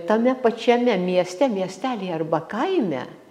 tame pačiame mieste miestelyje arba kaime